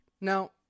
now